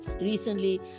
recently